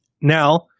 Now